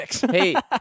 Hey